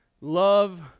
love